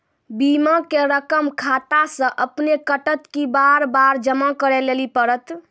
बीमा के रकम खाता से अपने कटत कि बार बार जमा करे लेली पड़त?